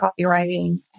copywriting